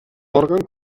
òrgan